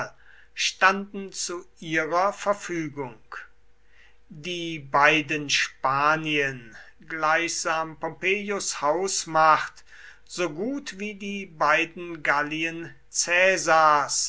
standen zu ihrer verfügung die beiden spanien gleichsam pompeius hausmacht so gut wie die beiden gallien